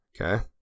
okay